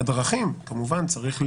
הדרכים, כמובן צריך לוודא,